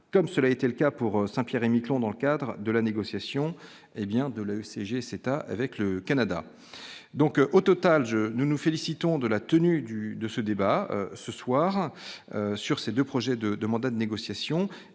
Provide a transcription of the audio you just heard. comme cela était le cas pour Saint-Pierre-et-Miquelon, dans le cadre de la négociation, hé bien, de la CGC ta avec le Canada donc au total, nous nous félicitons de la tenue du de ce débat ce soir sur ces 2 projets de 2 mandats de négociation